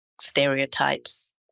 stereotypes